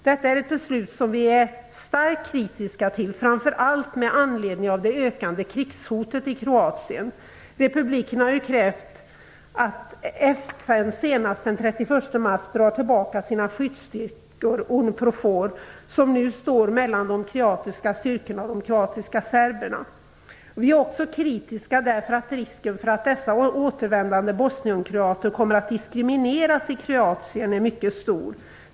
Detta är ett beslut som vi är starkt kritiska till, framför allt med anledning av det ökande krigshotet i Kroatien. Republiken har ju krävt att FN senast den 31 mars skall dra tillbaka sina skyddsstyrkor, Unprofor, som nu står mellan de kroatiska styrkorna och de kroatiska serberna. Vi är också kritiska därför att risken för att dessa återvändande bosnienkroater kommer att diskrimineras i Kroatien är mycket stor.